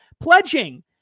Pledging